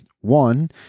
One